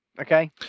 Okay